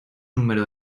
número